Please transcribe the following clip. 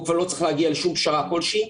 והוא כבר לא צריך להגיע לשום פשרה כלשהי.